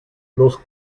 los